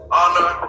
honor